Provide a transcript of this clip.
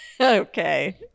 Okay